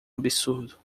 absurdo